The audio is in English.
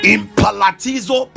Impalatizo